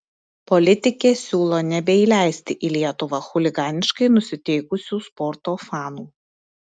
politikė siūlo nebeįleisti į lietuvą chuliganiškai nusiteikusių sporto fanų